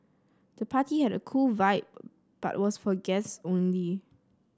the party had a cool vibe but was for guests only